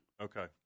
Okay